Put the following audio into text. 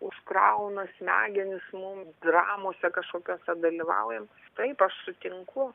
užkrauna smegenis mums dramose kažkokiose dalyvaujant taip aš sutinku